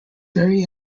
very